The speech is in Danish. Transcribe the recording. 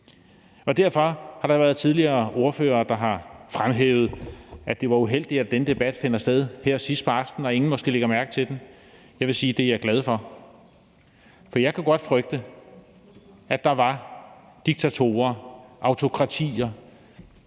Der er tidligere ordførere, der har fremhævet, at det var uheldigt, at denne debat finder sted her sidst på aftenen, hvor måske ingen lægger mærke til den. Jeg vil sige, at det er jeg glad for, for jeg kunne godt frygte, at der var diktatorer, autokratier